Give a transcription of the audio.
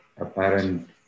apparent